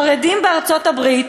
חרדים בארצות-הברית,